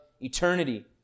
eternity